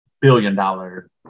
billion-dollar